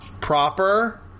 proper